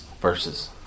verses